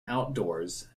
outdoors